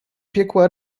piekła